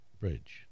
Bridge